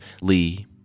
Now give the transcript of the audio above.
Lee